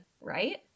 right